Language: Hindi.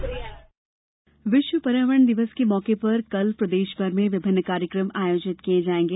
पर्यावरण दिवस विश्व पर्यावरण दिवस के मौके पर कल प्रदेशभर में विभिन्न कार्यकम आयोजित किये जाएगे